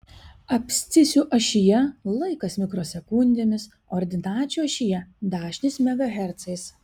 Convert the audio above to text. abscisių ašyje laikas mikrosekundėmis ordinačių ašyje dažnis megahercais